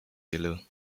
below